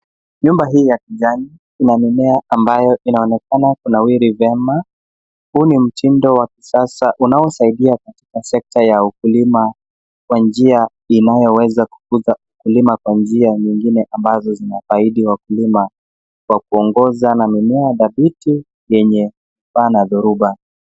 Nyumba hii ya kijani kuna mimea ambayo inaonekana kunawiri vyema. Huu ni mtindo wa kisasa unaosaidia katika sekta ya ukulima kwa njia inayoweza kukuuza ukulima kwa njia nyingine ambazo zinafaidi wakulima kwa kuongoza na mimea dhabiti yenye faa na dhuruba.